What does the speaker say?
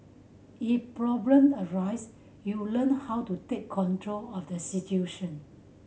if problem arise you learn how to take control of the situation